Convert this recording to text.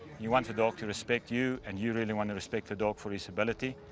you want the dog to respect you and you really wanna respect the dog for its ability.